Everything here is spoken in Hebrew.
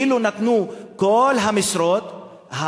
אילו ניתנו כל המשרות,